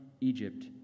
Egypt